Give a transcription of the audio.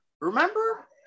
remember